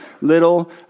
little